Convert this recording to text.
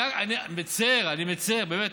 אני מצר, אני מצר, באמת.